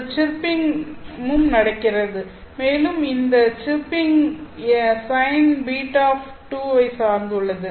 ஒரு சிர்பிங் ம் நடக்கிறது மேலும் இந்த சிர்பிங் sinß2 வைச் சார்ந்துள்ளது